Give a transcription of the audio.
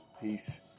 peace